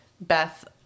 Beth